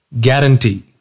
guarantee